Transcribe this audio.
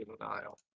denial